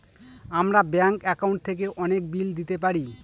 আমরা bank account থেকে অনেক বিল দিতে পারি